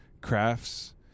crafts